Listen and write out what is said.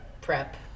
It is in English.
prep